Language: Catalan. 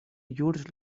llurs